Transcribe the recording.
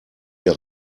wir